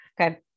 Okay